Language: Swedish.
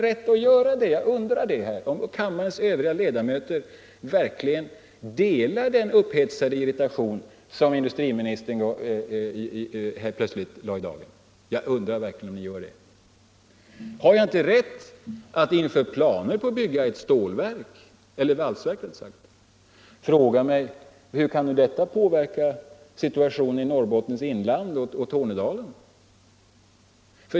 Jag undrar om kammarens övriga ledamöter verkligen delar den upphetsade irritation som industriministern här plötsligt lade i dagen. Har jag inte rätt att inför planer på att bygga ett valsverk fråga mig: Hur kan detta påverka situationen i Norrbottens inland och i Tornedalen?